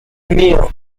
mío